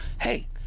hey